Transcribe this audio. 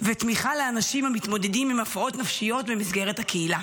לתמיכה לאנשים המתמודדים עם הפרעות נפשיות במסגרת הקהילה.